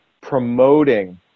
promoting